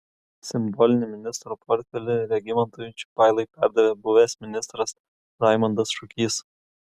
simbolinį ministro portfelį regimantui čiupailai perdavė buvęs ministras raimondas šukys